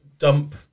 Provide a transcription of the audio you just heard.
Dump